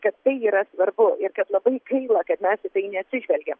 kad tai yra svarbu ir kad labai gaila kad mes į tai neatsižvelgiam